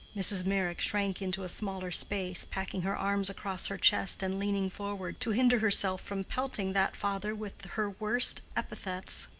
mrs. meyrick shrank into a smaller space, packing her arms across her chest and leaning forward to hinder herself from pelting that father with her worst epithets.